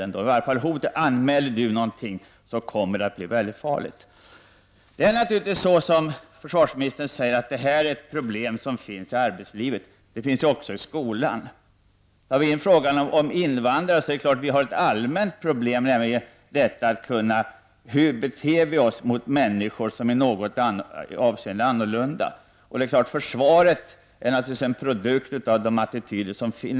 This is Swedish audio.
Man hade hotat honom med att om han anmälde något skulle det bli mycket farligt för honom. Precis som försvarsministern säger är detta ett problem som även finns inom arbetslivet. Det finns också i skolan. När det gäller invandrare blir problemet även allmänt, nämligen hur vi skall bete oss mot människor som i något avseende är annorlunda. Försvaret är naturligtvis en produkt av de attityder som existerar.